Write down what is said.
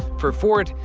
for ford,